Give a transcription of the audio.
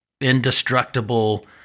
indestructible